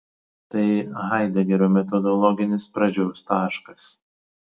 tai haidegerio metodologinis pradžios taškas